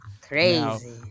Crazy